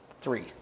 three